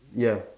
ya